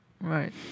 Right